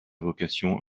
vocation